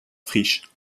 friches